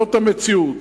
זאת המציאות.